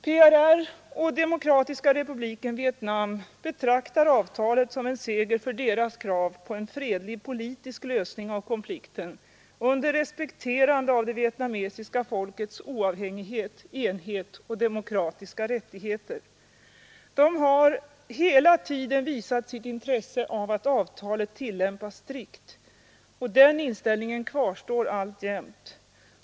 PRR och Demokratiska republiken Vietnam betraktar avtalet som en seger för deras krav på en fredlig politisk lösning av konflikten under bindelser med Republiken Sydvietnams provisoriska revolutionära regering respekterande av det vietnamesiska folkets oavhängighet, enhet och demokratiska rättigheter. De har hela tiden visat sitt intresse av att avtalet tillämpas strikt och denna inställning kvarstår alltjämt.